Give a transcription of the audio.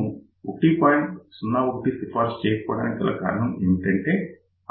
01 సిఫార్సు చేయకపోవడానికి గల కారణం ఏంటంటే